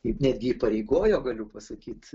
ir netgi įpareigojo galiu pasakyt